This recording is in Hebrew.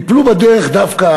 ייפלו בדרך דווקא